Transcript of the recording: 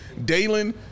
Daylon